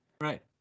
Right